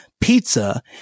pizza